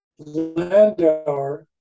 Landauer